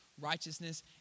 righteousness